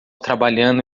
trabalhando